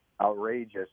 outrageous